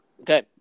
Okay